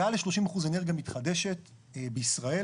הגעה ל-30% אנרגיה מתחדשת בישראל,